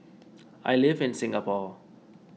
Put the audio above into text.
I live in Singapore